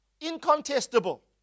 Incontestable